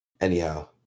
Anyhow